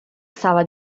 stava